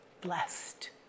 Blessed